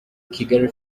kigali